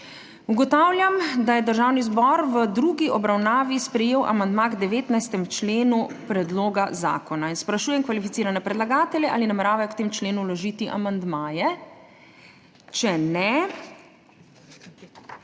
Ugotavljam, da je Državni zbor v drugi obravnavi sprejel amandma k 19. členu predloga zakona. Sprašujem kvalificirane predlagatelje, ali nameravajo k temu členu vložiti amandmaje? Ne.